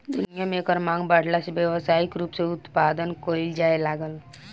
दुनिया में एकर मांग बाढ़ला से व्यावसायिक रूप से उत्पदान कईल जाए लागल